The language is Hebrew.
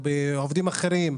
או בעובדים אחרים,